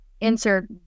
insert